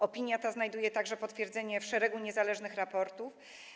Opinia ta znajduje także potwierdzenie w szeregu niezależnych raportów.